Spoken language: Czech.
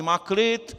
Má klid.